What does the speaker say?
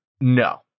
No